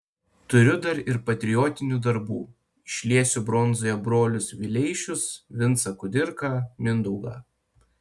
turiu dar ir patriotinių darbų išliesiu bronzoje brolius vileišius vincą kudirką mindaugą